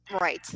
Right